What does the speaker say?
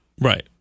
Right